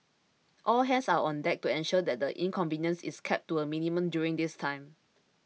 all hands are on deck to ensure that the inconvenience is kept to a minimum during this time